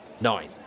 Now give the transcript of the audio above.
Nine